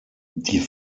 die